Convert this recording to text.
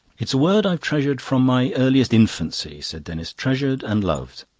it's a word i've treasured from my earliest infancy, said denis, treasured and loved.